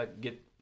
get